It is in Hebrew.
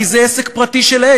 כי זה עסק פרטי שלהם.